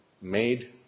made